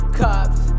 cups